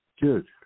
Good